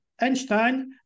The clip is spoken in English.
Einstein